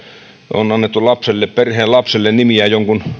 on annettu perheen lapselle nimiä niin että jonkun